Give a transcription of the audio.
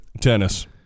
Tennis